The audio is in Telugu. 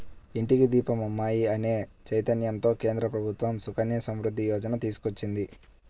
ఇంటికి దీపం అమ్మాయి అనే చైతన్యంతో కేంద్ర ప్రభుత్వం సుకన్య సమృద్ధి యోజన తీసుకొచ్చింది